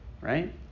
right